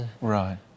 Right